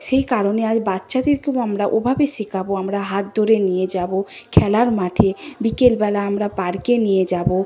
সেই কারণে আজ বাচ্চাদেরকেও আমরা ওভাবে শেখাব আমরা হাত ধরে নিয়ে যাব খেলার মাঠে বিকেল বেলা আমরা পার্কে নিয়ে যাব